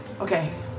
Okay